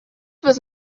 was